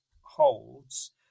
holds